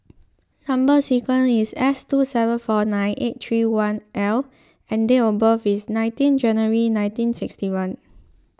Number Sequence is S two seven four nine eight three one L and date of birth is nineteen January nineteen sixty one